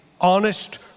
honest